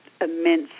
immense